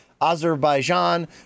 Azerbaijan